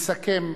יסכם